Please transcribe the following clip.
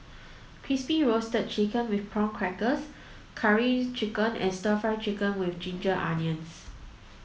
crispy roasted chicken with prawn crackers curry chicken and stir fry chicken with ginger onions